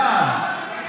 בעד,